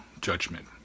judgment